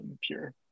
pure